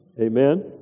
Amen